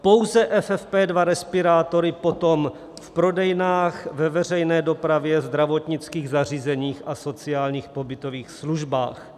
Pouze FFP2 respirátory potom v prodejnách, ve veřejné dopravě, zdravotnických zařízeních a sociálních pobytových službách.